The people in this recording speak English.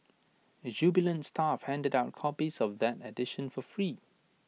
jubilant staff handed out copies of that edition for free